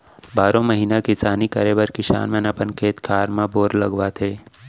बारो महिना किसानी करे बर किसान मन अपन खेत खार म बोर करवाथे